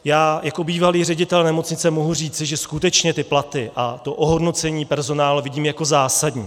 Já jako bývalý ředitel nemocnice mohu říci, že skutečně platy a ohodnocení personálu vidím jako zásadní.